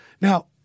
Now